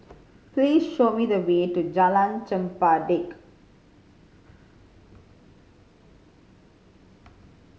please show me the way to Jalan Chempedak